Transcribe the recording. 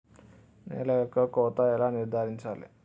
నేల యొక్క కోత ఎలా నిర్ధారించాలి?